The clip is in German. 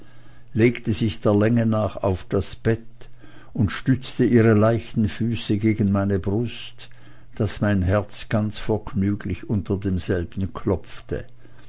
legte sich der länge nach auf das bett und stützte ihre leichten füße gegen meine brust daß mein herz ganz vergnüglich unter denselben klopfte